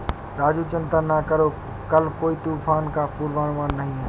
राजू चिंता ना करो कल कोई तूफान का पूर्वानुमान नहीं है